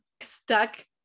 stuck